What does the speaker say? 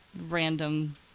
random